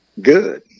Good